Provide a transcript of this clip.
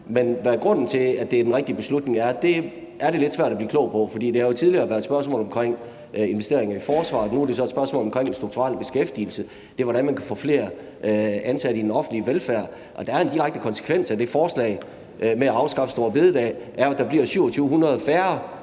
men hvad der er grunden til, at det er den rigtige beslutning, er lidt svært at blive klog på. For det har jo tidligere været et spørgsmål om investeringer i forsvaret. Nu er det så et spørgsmål om den strukturelle beskæftigelse og om, hvordan man kan få flere ansatte i den offentlige velfærd. Og en direkte konsekvens af at afskaffe store bededag er, at der kommer 2.700 færre